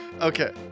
Okay